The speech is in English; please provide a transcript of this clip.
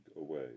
away